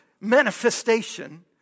manifestation